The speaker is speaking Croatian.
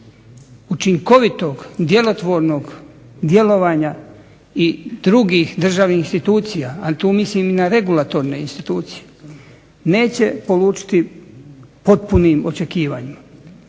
učinkovitog djelotvornog djelovanja i drugih državnih institucija a tu mislim i na regulatorne institucije, neće polučiti potpunim očekivanjima.